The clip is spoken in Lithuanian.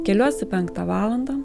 keliuosi penktą valandą